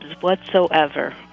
whatsoever